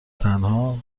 تنها